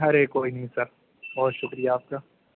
ارے کوئی نہیں سر بہت شکریہ آپ کا